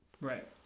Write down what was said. right